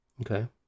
okay